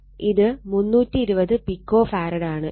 ഇത് 320 pico farad ആണ്